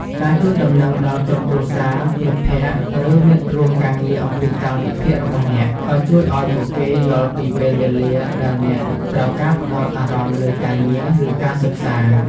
ការជូនដំណឹងដល់ក្រុមគ្រួសារ មិត្តភ័ក្តិ ឬមិត្តរួមការងារអំពីកាលវិភាគរបស់អ្នក ក៏ជួយឲ្យពួកគេយល់ពីពេលវេលាដែលអ្នកត្រូវការផ្តោតអារម្មណ៍លើការងារ ឬការសិក្សា។